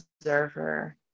observer